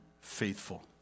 faithful